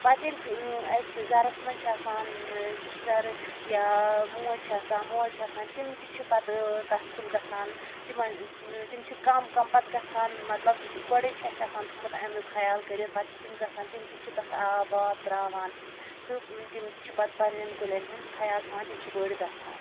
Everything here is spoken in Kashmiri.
پَتہٕ ییٚلہِ ٲں اسہِ گَھرَس مَنٛز چھِ آسان ٲں سِسٹَر یا موج چھِ آسان مول چھُ آسان تِم تہِ چھِ پَتہٕ ٲں تَتھ کُن گژھان تِمَن ٲں تِم چھِ کَم کَم پَتہٕ گژھان مطلب گۄڈٔے چھِ اسہِ آسان تھوٚمُت اَمیٛک خیال کٔرِتھ پَتہٕ چھِ تِم گَژھان تِم تہِ چھِ تَتھ آب واب ترٛاوان تہٕ تِم چھِ پَتہٕ پَننیٚن کُلیٚن ہُنٛد خیال تھاوان تِم چھِ بٔڑۍ گَژھان